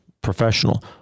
professional